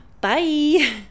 Bye